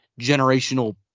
generational –